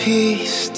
Peace